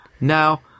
Now